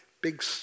big